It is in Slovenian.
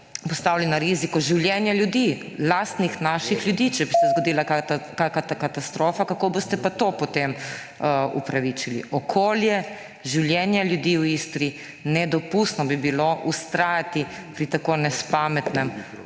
postavili na riziko življenja ljudi, lastnih, naših ljudi, če bi se zgodila kakšna taka katastrofa, kako boste pa to potem upravičili? Okolje, življenja ljudi v Istri – nedopustno bi bilo vztrajati pri tako nespametnem projektu.